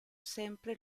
sempre